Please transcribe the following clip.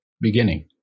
beginning